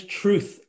truth